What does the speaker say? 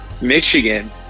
Michigan